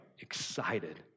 excited